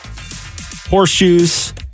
horseshoes